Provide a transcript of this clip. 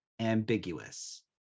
ambiguous